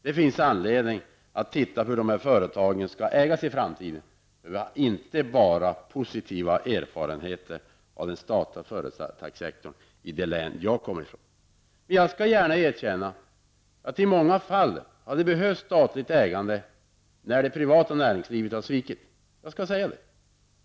Det finns anledning att studera hur dessa företag skall ägas i framtiden. Det finns inte bara positiva erfarenheter av den statliga företagssektorn i det län som jag kommer ifrån. Jag skall erkänna att det i många fall har behövts statligt ägande när det privata näringslivet har svikit.